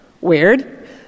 Weird